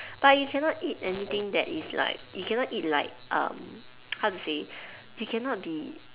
but you cannot eat anything that is like you cannot eat like um how to you say you cannot be